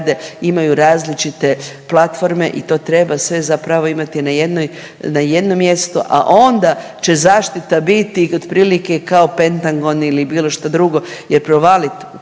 imaju različite platforme i to treba sve zapravo imati na jednoj, na jednom mjestu, a onda će zaštita biti otprilike kao Pentagon ili bilo što drugo jer provaliti